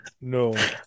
No